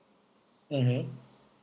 mmhmm